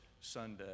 Sunday